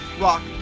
rock